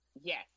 yes